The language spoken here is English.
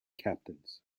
captains